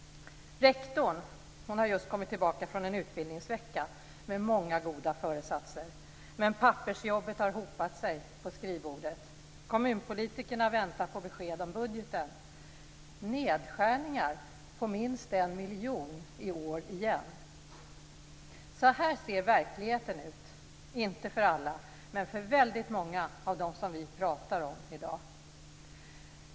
Rektorn har just kommit tillbaka från en utbildningsvecka med många goda föresatser, men pappersjobbet har hopat sig på skrivbordet. Kommunpolitikerna väntar på besked om budgeten - nedskärningar på minst en miljon i år igen. Så här ser verkligheten ut, inte för alla men för väldigt många av dem som vi pratar om i dag.